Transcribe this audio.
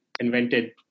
invented